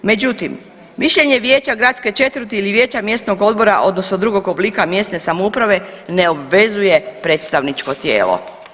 Međutim, mišljenje Vijeća gradske četvrti ili Vijeća mjesnog odbora odnosno drugog oblika mjesne samouprave ne obvezuje predstavničko tijelo.